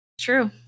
True